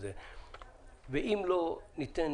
ואם לא ניתן